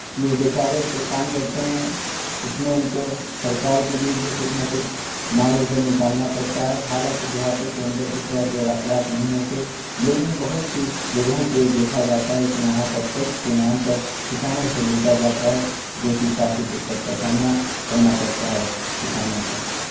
کہ وہ بیچارے جو کام کرتے ہیں اس میں ان کو سرکار کے لیے بھی کچھ نہ کچھ مال و زر نکالنا پڑتا ہے حالانکہ دیہاتوں کے اندر اس طرح کے واقعات نہیں ہوتے لیکن بہت سی جگہوں پہ یہ دیکھا جاتا ہے کہ وہاں پر ٹیکس کے نام پر کسانوں سے لوٹا جاتا ہے جو کہ کافی دقت کا سامنا کرنا پڑتا ہے کسانوں کو